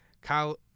Kyle